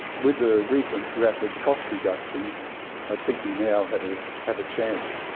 with the recent rapid cost reductions i think we now have a have a chance.